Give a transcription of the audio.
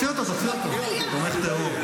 תוציא אותו, תוציא אותו, תומך טרור.